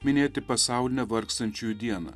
minėti pasaulinę vargstančiųjų dieną